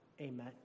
amen